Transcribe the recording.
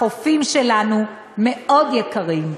החופים שלנו מאוד יקרים,